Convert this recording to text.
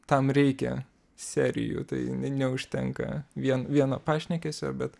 tam reikia serijų tai ne neužtenka vien vieno pašnekesio bet